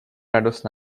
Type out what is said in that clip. radost